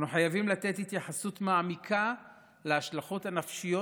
אנו חייבים לתת התייחסות מעמיקה להשלכות הנפשיות,